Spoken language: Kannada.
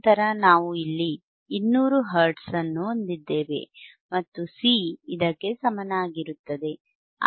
ನಂತರ ನಾವು ಇಲ್ಲಿ 200 ಹರ್ಟ್ಜ್ ಅನ್ನು ಹೊಂದಿದ್ದೇವೆ ಮತ್ತು C ಇದಕ್ಕೆ ಸಮನಾಗಿರುತ್ತದೆ